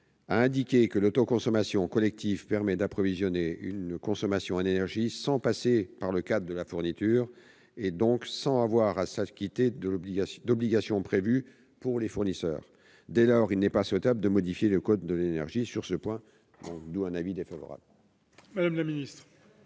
a indiqué que « l'autoconsommation collective permet d'approvisionner un consommateur en énergie sans passer par le cadre de la fourniture, et donc sans avoir à s'acquitter d'obligations prévues pour les fournisseurs ». Dès lors, il n'est pas souhaitable de modifier le code de l'énergie sur ce point. La commission a émis un avis défavorable